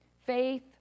faith